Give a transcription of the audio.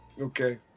Okay